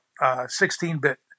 16-bit